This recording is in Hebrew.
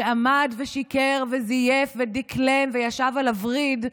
שעמד ושיקר וזייף ודקלם וישב על הווריד,